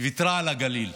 היא ויתרה על הגליל,